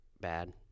bad